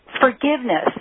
forgiveness